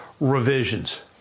revisions